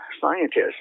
scientists